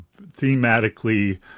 Thematically